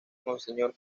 monseñor